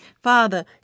Father